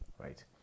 right